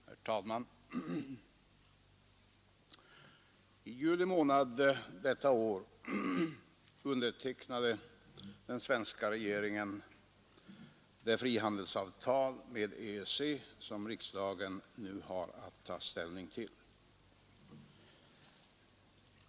Herr talman! I juli månad detta år undertecknade den svenska regeringen det frihandelsavtal med EEC som riksdagen nu har att ställning till.